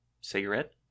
cigarette